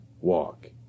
walk